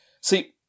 see